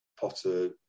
Potter